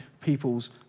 people's